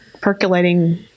percolating